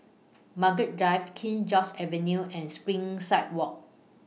Margaret Drive King George's Avenue and Springside Walk